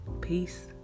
peace